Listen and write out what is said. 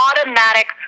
automatic